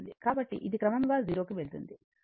కాబట్టి ఇది క్రమంగా 0 కి వెళుతుంది